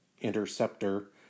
interceptor